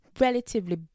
Relatively